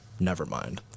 Nevermind